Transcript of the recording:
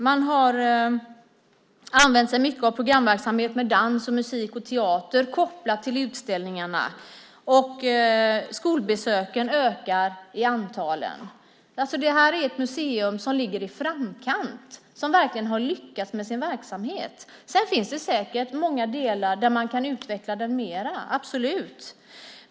Man har använt sig mycket av programverksamhet med dans, musik och teater kopplat till utställningarna. Och skolbesöken ökar i antal. Detta är alltså ett museum som ligger i framkant och som verkligen har lyckats med sin verksamhet. Sedan finns det säkert många delar där man kan utveckla den mer.